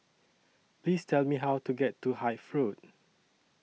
Please Tell Me How to get to Hythe Road